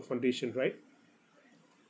foundation right